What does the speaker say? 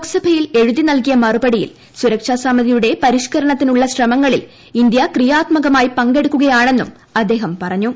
ലോക്സഭയിൽ എഴുതി നൽകിയ മറുപടിയിൽ സുരക്ഷാസമിതിയുടെ പ്രീഷ്ക്കരണത്തിനുള്ള ശ്രമങ്ങളിൽ ഇന്ത്യ ക്രിയാത്മകമായി പങ്കെടുക്കുകയാണെന്നും അദ്ദേഹം പറഞ്ഞു